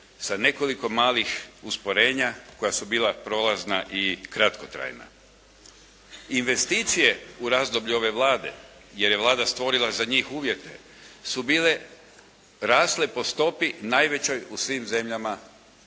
sa nekoliko malih usporenja koja su bila prolazna i kratkotrajna. Investicije u razdoblju ove Vlade jer je Vlada stvorila za njih uvjete su bile rasle po stopi najvećoj u svim zemljama